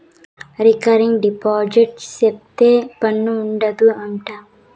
recurring deposit సేపిత్తే పన్ను ఉండదు అంట